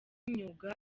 imyuga